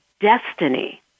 destiny